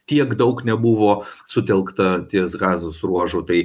tiek daug nebuvo sutelkta ties gazos ruožu tai